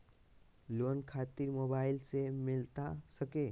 Loan खातिर mobile से मिलता सके?